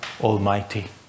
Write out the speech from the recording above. Almighty